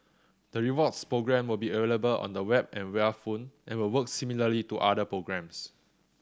the rewards program will be available on the web and via phone and will work similarly to other programs